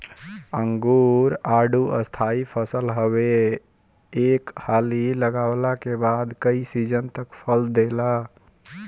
अंगूर, आडू स्थाई फसल हवे एक हाली लगवला के बाद कई सीजन तक फल देला